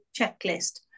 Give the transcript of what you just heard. checklist